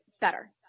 better